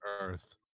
earth